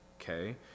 okay